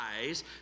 eyes